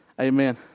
Amen